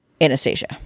Anastasia